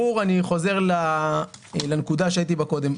אני חוזר לנקודה בה הייתי קודם.